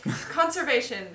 conservation